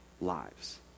lives